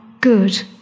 good